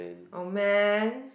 oh man